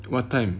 what time